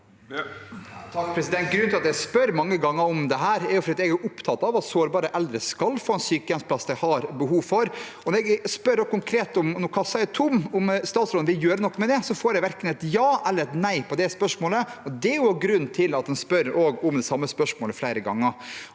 (H) Grunnen til at jeg spør mange ganger om dette, er at jeg er opptatt av at sårbare eldre skal få en sykehjemsplass de har behov for. Når kassen er tom, og jeg spør konkret om statsråden vil gjøre noe med det, får jeg verken et ja eller et nei på det spørsmålet. Det er jo grunnen til at en stiller det samme spørsmålet flere ganger.